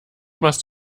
must